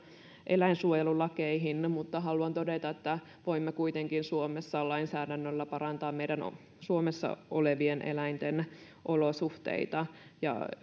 eläinsuojelulakeihin mutta haluan todeta että voimme kuitenkin suomessa lainsäädännöllä parantaa meidän suomessa olevien eläinten olosuhteita ja